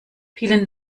vielen